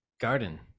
Garden